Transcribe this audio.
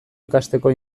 ikasteko